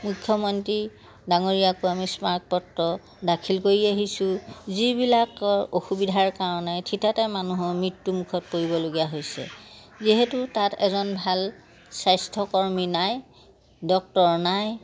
মুখ্যমন্ত্ৰী ডাঙৰীয়াকো আমি স্মাৰকপত্ৰ দাখিল কৰি আহিছোঁ যিবিলাকৰ অসুবিধাৰ কাৰণে থিতাতে মানুহৰ মৃত্যু মুখত পৰিবলগীয়া হৈছে যিহেতু তাত এজন ভাল স্বাস্থ্যকৰ্মী নাই ডক্টৰ নাই